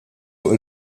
fuq